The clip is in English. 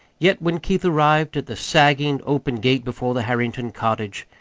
yet when keith arrived at the sagging, open gate before the harrington cottage,